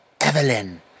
Evelyn